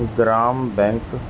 gram bank